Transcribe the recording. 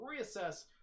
reassess